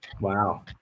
wow